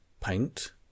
paint